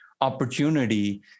opportunity